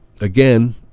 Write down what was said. again